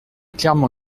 clairement